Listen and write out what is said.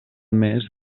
mes